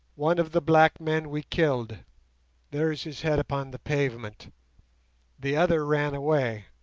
one of the black men we killed there is his head upon the pavement the other ran away.